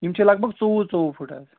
یِم چھِ لگ بگ ژوٚوُہ ژوٚوُہ فُٹ حظ